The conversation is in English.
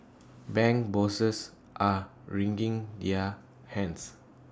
bank bosses are wringing their hands